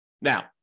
Now